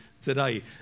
today